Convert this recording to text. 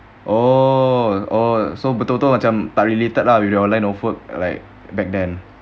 oh oh so betul-betul lah tak related lah with your line of work like back then